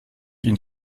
ihnen